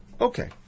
Okay